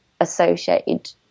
associated